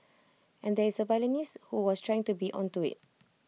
and there is the violinist who was trying to be onto IT